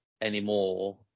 Anymore